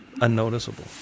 unnoticeable